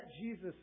Jesus